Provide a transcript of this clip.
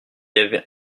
avait